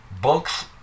Books